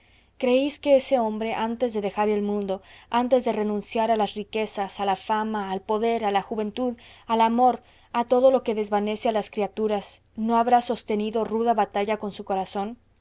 creéis que ese hombre antes de dejar el mundo antes de renunciar a las riquezas a la fama al poder a la juventud al amor a todo lo que desvanece a las criaturas no habrá sostenido ruda batalla con su corazón